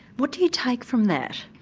what do you take from that?